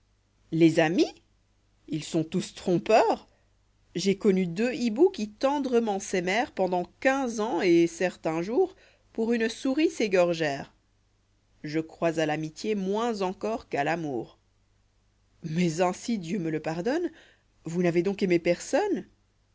les amis ils sont tous trompeurs j'ai connu deux hiboux qui tendrement s'aimèrent pendant quinze ans et certain jour pour une souris s'égorgèrent ïé crois à l'amitié moins encor qu'à l'amour mais ainsi dieu me je pardonne vous n'avez donc aimé